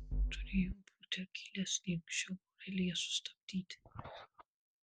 turėjo būti akylesnė anksčiau aureliją sustabdyti